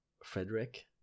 frederick